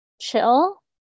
chill